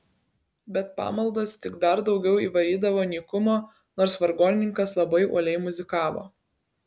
bet pamaldos tik dar daugiau įvarydavo nykumo nors vargonininkas labai uoliai muzikavo